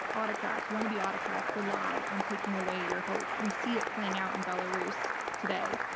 autocrats-wannabe autocrats-rely on taking away your hope. we see it playing out in belarus today,